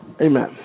Amen